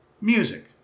Music